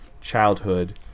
childhood